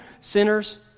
sinners